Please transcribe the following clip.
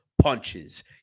punches